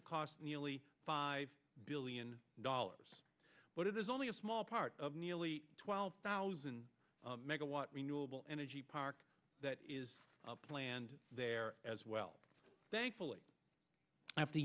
to cost nearly five billion dollars but it is only a small part of nearly twelve thousand megawatt renewable energy park that is planned there as well thankfully after